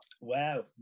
Wow